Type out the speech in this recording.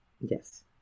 Yes